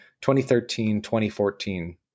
2013-2014